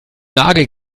nagel